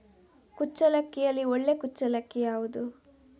ಕುಚ್ಚಲಕ್ಕಿಯಲ್ಲಿ ಒಳ್ಳೆ ಕುಚ್ಚಲಕ್ಕಿ ಯಾವುದು?